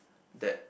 that